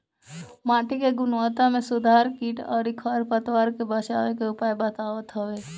माटी के गुणवत्ता में सुधार कीट अउरी खर पतवार से बचावे के उपाय बतावत हवे